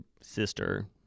sister